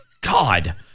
God